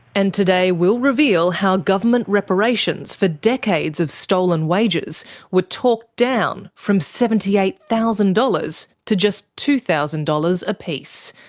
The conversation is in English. and today we'll reveal how government reparations for decades of stolen wages were talked down, from seventy eight thousand dollars to just two thousand dollars apiece.